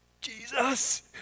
Jesus